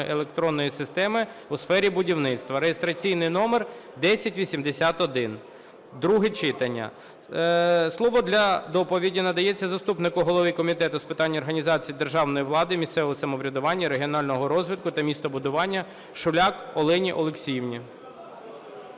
електронної системи у сфері будівництва (реєстраційний номер 1081) (друге читання). Слово для доповіді надається заступнику голови Комітету з питань організації державної влади, місцевого самоврядування, регіонального розвитку та містобудування Шуляк Олені Олексіївні.